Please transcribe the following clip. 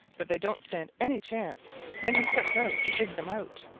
but they don't stand any chance when he sets out to dig them out.